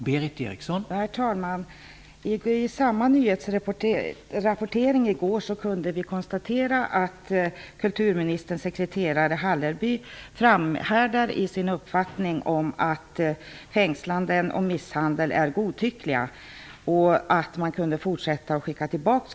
Socialförsäkringsutskottet behandlade i sitt betänkande 1993/94:SfU14 frågorna som gällde anhöriganknytning. Problemet har två sidor. Den ena är att männen ofta kommit hit som asylsökande och under den mycket långa väntetiden hunnit bilda familj.